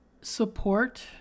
support